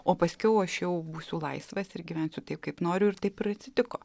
o paskiau aš jau būsiu laisvas ir gyvensiu taip kaip noriu ir taip ir atsitiko